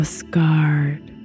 scarred